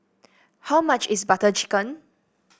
how much is Butter Chicken